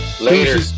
Later